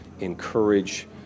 encourage